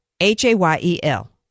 H-A-Y-E-L